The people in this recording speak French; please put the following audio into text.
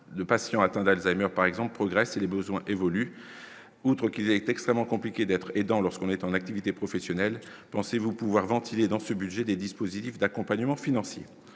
le patient atteint d'Alzheimer par exemple progressé les besoins évoluent, outre qu'il est extrêmement compliqué d'être aidant, lorsqu'on est en activité professionnelle, pensez-vous pouvoir ventilés dans ce budget, des dispositifs d'accompagnement financier